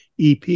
EP